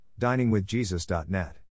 diningwithjesus.net